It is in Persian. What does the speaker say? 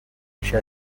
ریشه